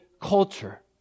culture